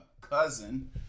cousin